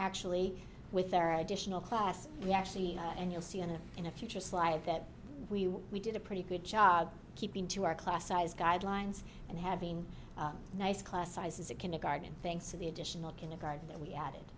actually with their additional class we actually and you'll see in a in a future supply of that we we did a pretty good job keeping to our class size guidelines and having nice class sizes a kindergarten thanks to the additional kindergarten that we added